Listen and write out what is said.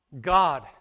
God